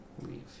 leave